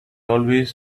always